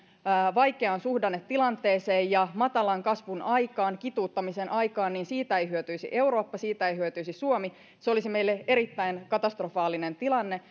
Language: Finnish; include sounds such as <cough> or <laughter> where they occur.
vaikeaan suhdannetilanteeseen ja matalan kasvun aikaan kituuttamisen aikaan niin siitä ei hyötyisi eurooppa siitä ei hyötyisi suomi se olisi meille erittäin katastrofaalinen tilanne <unintelligible>